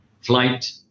flight